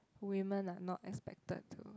women are not expected to